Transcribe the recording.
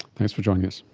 thanks for joining us.